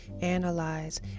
analyze